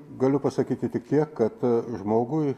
galiu pasakyti tik tiek kad žmogui